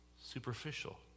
superficial